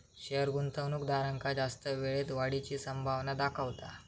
share गुंतवणूकदारांका जास्त वेळेत वाढीची संभावना दाखवता